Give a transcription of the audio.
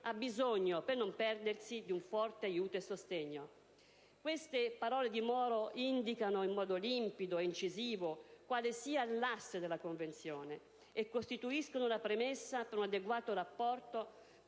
ha bisogno - per non perdersi - di un forte aiuto e sostegno». Queste parole di Moro indicano in modo limpido e incisivo quale sia l'asse della Convenzione e costituiscono la premessa per un adeguato rapporto